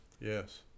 yes